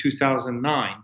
2009